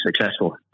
successful